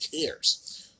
cares